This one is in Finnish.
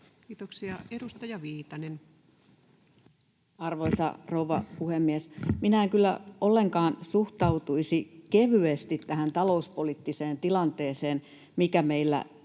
Kiitoksia. — Edustaja Viitanen. Arvoisa rouva puhemies! Minä en kyllä ollenkaan suhtautuisi kevyesti tähän talouspoliittiseen tilanteeseen, mikä meillä